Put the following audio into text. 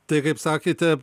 tai kaip sakėte